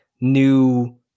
new